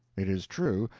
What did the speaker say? it is true,